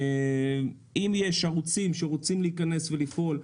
אם יש ערוצים שרוצים להיכנס ולפעול,